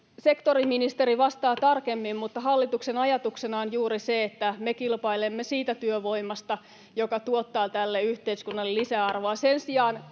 Sektoriministeri vastaa tarkemmin, mutta hallituksen ajatuksena on juuri se, että me kilpailemme siitä työvoimasta, joka tuottaa tälle yhteiskunnalle lisäarvoa.